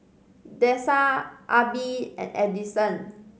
Dessa Arbie and Edison